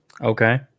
Okay